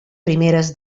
primeres